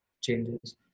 changes